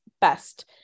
best